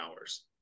hours